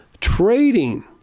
trading